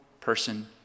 person